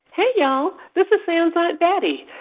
hey, y'all. this is sam's aunt betty.